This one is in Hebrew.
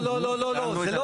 לא, לא, לא.